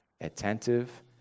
attentive